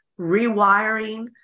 rewiring